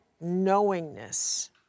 knowingness